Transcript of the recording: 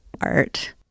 art